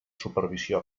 supervisió